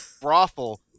brothel